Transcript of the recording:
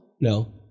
No